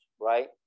right